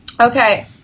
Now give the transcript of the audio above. Okay